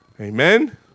Amen